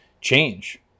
change